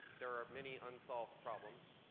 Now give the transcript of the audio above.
there are many unsolved problems,